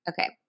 Okay